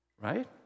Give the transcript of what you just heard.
right